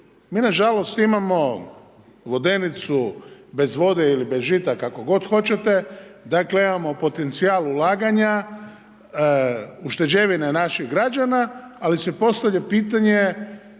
Mi nažalost imamo vodenicu bez vode ili bez žita kako god hoćete, dakle imao potencijal ulaganja, ušteđevine naših građana ali se postavlja pitanje